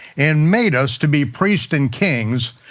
and made us to be priests and kings,